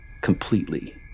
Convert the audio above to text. completely